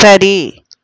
சரி